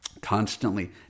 constantly